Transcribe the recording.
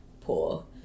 poor